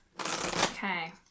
Okay